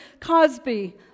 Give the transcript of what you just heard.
Cosby